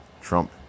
Trump